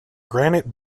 granite